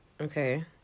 Okay